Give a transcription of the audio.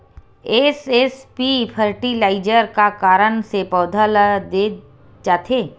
SSP fertilizer का कारण से पौधा ल दे जाथे?